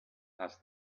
asked